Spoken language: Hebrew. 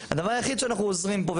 הדבר היחיד שאנחנו עוזרים פה,